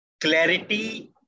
clarity